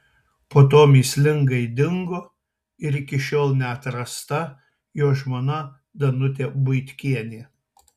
po to mįslingai dingo ir iki šiol neatrasta jo žmona danutė buitkienė